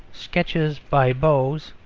sketches by boz.